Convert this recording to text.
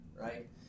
right